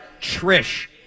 Trish